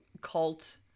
cult